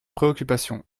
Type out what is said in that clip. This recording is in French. préoccupations